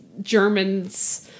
Germans